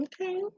Okay